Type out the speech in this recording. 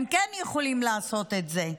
הם כן יכולים לעשות את זה.